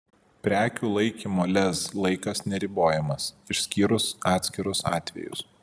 prekių laikymo lez laikas neribojamas išskyrus atskirus atvejus